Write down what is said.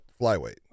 flyweight